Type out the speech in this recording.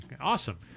Awesome